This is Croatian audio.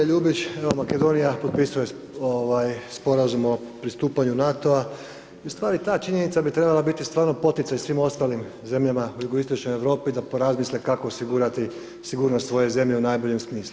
G. Ljubić, evo Makedonija potpisuje Sporazum o pristupanju NATO-a i ustvari ta činjenica bi trebala biti stvarno poticaj svim ostalim zemljama jugoistočne Europe i da porazmisle kako osigurati sigurnost svoje zemlje u najboljem smislu.